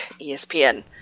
ESPN